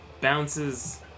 bounces